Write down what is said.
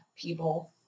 people